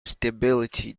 stability